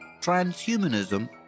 transhumanism